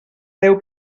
déu